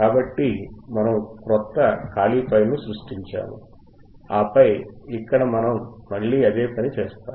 కాబట్టి మనము క్రొత్త ఖాళీ ఫైల్ను సృష్టించాము ఆపై ఇక్కడ మనం మళ్ళీ అదే పని చేస్తాము